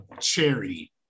charity